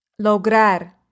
Lograr